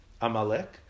Amalek